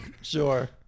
Sure